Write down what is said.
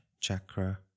chakra